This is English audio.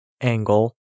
angle